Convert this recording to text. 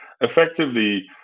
effectively